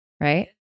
Right